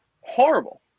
Horrible